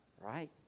Right